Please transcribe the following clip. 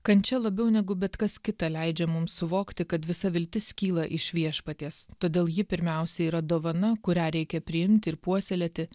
kančia labiau negu bet kas kita leidžia mums suvokti kad visa viltis kyla iš viešpaties todėl ji pirmiausiai yra dovana kurią reikia priimti ir puoselėti